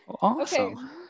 awesome